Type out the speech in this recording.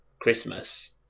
Christmas